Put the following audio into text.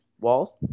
walls